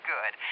Good